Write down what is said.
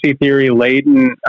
theory-laden